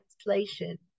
translation